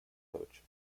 coach